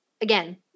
again